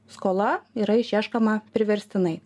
skola yra išieškoma priverstinai